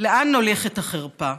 לאן נוליך את החרפה?